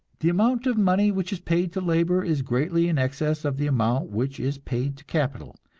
the amount of money which is paid to labor is greatly in excess of the amount which is paid to capital.